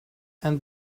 and